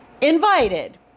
Invited